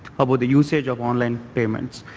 but the usage of online payments.